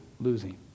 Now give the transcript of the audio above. losing